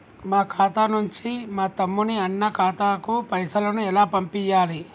మా ఖాతా నుంచి మా తమ్ముని, అన్న ఖాతాకు పైసలను ఎలా పంపియ్యాలి?